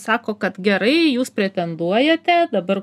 sako kad gerai jūs pretenduojate dabar